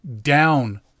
down